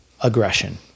aggression